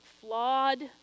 flawed